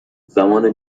زمان